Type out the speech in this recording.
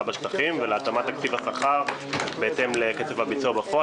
בשטחים ולהתאמת תקציב השכר בהתאם לקצב הביצוע בפועל,